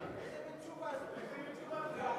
איזה מין תשובה זו?